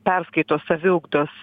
perskaito saviugdos